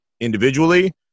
individually